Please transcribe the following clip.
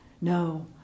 No